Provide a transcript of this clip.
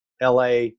LA